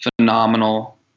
phenomenal